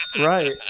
right